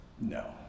No